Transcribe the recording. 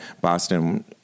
Boston